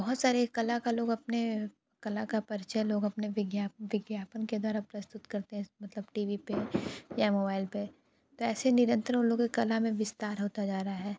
बहुत सारे कला का लोग अपने कला का परिचय लोग अपने विज्ञा विज्ञापन के द्वारा प्रस्तुत करते हैं मतलब टी वी पर या मोबाइल पर पैसे निरंतर उन लोगों के कला में विस्तार होता जा रहा है